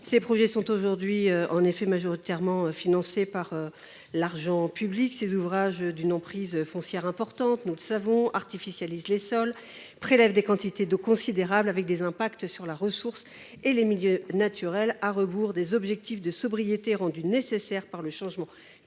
tels ouvrages sont aujourd’hui majoritairement financés par l’argent public. D’une emprise foncière importante, ils artificialisent les sols, prélèvent des quantités d’eau considérables, avec des impacts sur la ressource et les milieux naturels, à rebours des objectifs de sobriété rendus nécessaires par le changement climatique